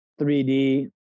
3D